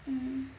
mm